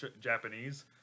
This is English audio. Japanese